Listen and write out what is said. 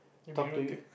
it'd be rude to